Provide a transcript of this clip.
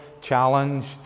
challenged